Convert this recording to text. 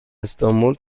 استانبول